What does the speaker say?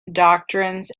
doctrines